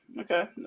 okay